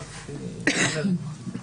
עצם זה